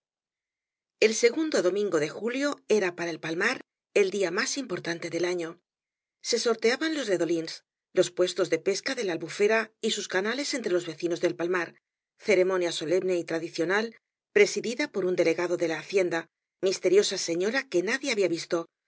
el segundo domiigo de julio era para el palmar el día más importante doi afio se sorteaban los redolins los puestos de pesca de la albufera y sus canales entre ios vecinos de palmar ceremonia solemne y tradicional presidida por un delegado de la hacienda misteriosa geñora que nadie había visto